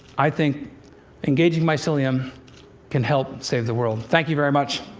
i think engaging mycelium can help save the world. thank you very much.